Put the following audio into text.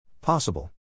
Possible